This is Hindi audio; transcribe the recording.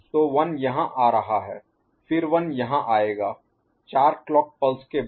तो 1 यहाँ आ रहा है फिर 1 यहाँ आएगा चार क्लॉक पल्स के बाद